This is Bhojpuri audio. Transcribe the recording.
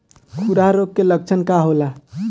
खुरहा रोग के लक्षण का होला?